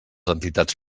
entitats